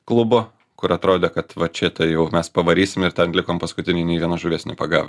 klubo kur atrodė kad vat čia tai jau mes pavarysim ir ten likom paskutiniai nei vienos žuvies nepagavę